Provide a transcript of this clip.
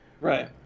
Right